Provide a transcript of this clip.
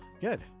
Good